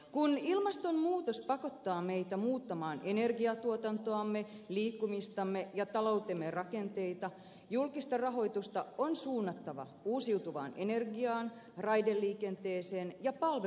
kun ilmastonmuutos pakottaa meitä muuttamaan energiantuotantoamme liikkumistamme ja taloutemme rakenteita julkista rahoitusta on suunnattava uusiutuvaan energiaan raideliikenteeseen ja palveluyhteiskuntaan